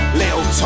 little